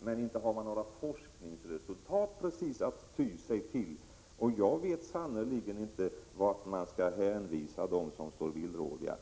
Men några forskningsresultat kan man inte precis ty sig till. Jag vet sannerligen inte till vem man skall hänvisa alla som är villrådiga.